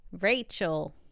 Rachel